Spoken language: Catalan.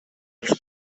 els